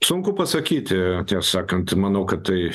sunku pasakyti tiesą sakant manau kad tai